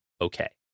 okay